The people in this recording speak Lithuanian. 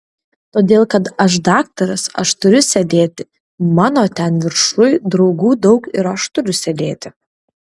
todėl kad aš daktaras aš turiu sėdėti mano ten viršuj draugų daug ir aš turiu sėdėti